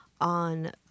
on